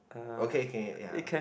okay k ya